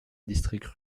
districts